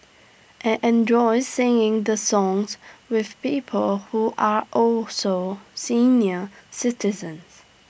I enjoy sing the songs with people who are also senior citizens